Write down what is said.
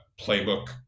playbook